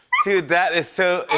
dude, that is so